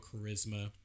charisma